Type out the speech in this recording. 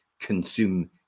consume